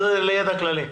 לידע כללי.